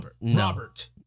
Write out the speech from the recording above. Robert